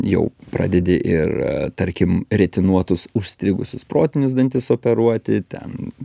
jau pradedi ir tarkim retinuotus užstrigusius protinius dantis operuoti ten